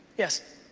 yes.